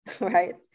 right